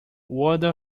wada